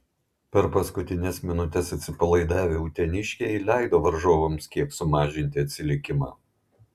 per paskutines minutes atsipalaidavę uteniškiai leido varžovams kiek sumažinti atsilikimą